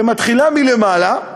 שמתחילה מלמעלה,